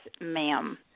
ma'am